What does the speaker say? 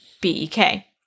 B-E-K